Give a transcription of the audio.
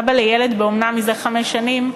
אבא לילד באומנה זה חמש שנים: